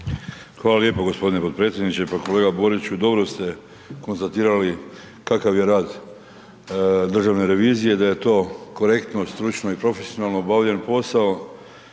Hvala lijepo g. potpredsjedniče. Pa kolega Boriću, dobro ste konstatirali kakav je rad Državne revizije, da je to korektno, stručno i profesionalno obavljen posao